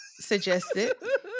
suggested